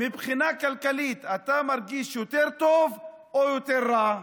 מבחינה כלכלית, אתה מרגיש יותר טוב או יותר רע?